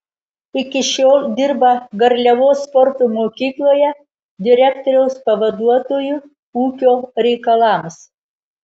iki šiol dirba garliavos sporto mokykloje direktoriaus pavaduotoju ūkio reikalams